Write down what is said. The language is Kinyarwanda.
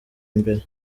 imbere